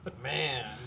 Man